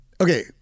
okay